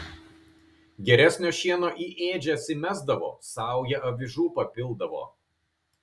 geresnio šieno į ėdžias įmesdavo saują avižų papildavo